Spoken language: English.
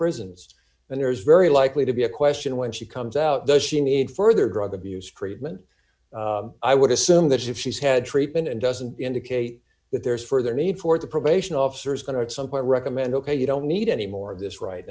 prisons and there's very likely to be a question when she comes out does she need further drug abuse treatment i would assume that if she's had treatment and doesn't indicate that there is further need for the probation officer is going to some point recommend ok you don't need any more of this right